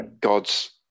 gods